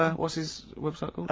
ah, what's his website